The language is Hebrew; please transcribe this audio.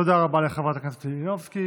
תודה רבה לחברת הכנסת מלינובסקי.